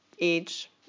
age